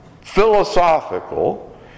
philosophical